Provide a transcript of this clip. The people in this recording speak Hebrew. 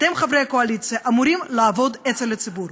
אתם, חברי הקואליציה, אמורים לעבוד אצל הציבור.